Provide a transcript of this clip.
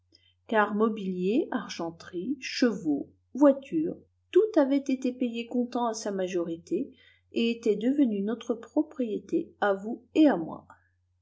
car mobilier argenterie chevaux voitures tout avait été payé comptant à sa majorité et était devenu notre propriété à vous et à moi